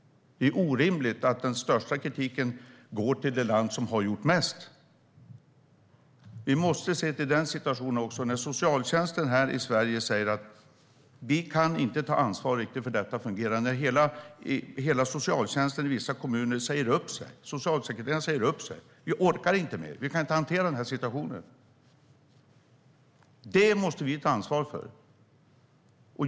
Det är orimligt att den största kritiken går till det land som har gjort mest. Vi måste se till den situationen också. Socialtjänsten i Sverige säger: Vi kan inte riktigt ta ansvar för hur detta fungerar. I vissa kommuner säger många i socialtjänsten upp sig. Socialsekreterarna säger upp sig. De säger: Vi orkar inte mer. Vi kan inte hantera den här situationen. Detta måste vi ta ansvar för.